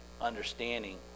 understanding